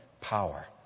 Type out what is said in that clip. power